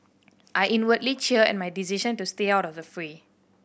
I inwardly cheer at my decision to stay out of the fray